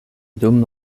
dum